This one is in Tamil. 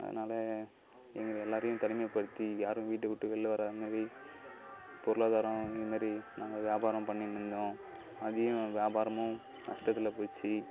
அதனால் எங்களை எல்லோரையும் தனிமைப்படுத்தி யாரும் வீட்டை விட்டு வெளில வராமலே பொருளாதாரம் இதுமாரி நாங்கள் வியாபாரம் பண்ணிண்னிருந்தோம் அதையும் வியாபாரமும் நஷ்டத்தில் போயிட்ச்சு